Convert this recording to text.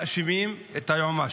מאשימים את היועמ"שית.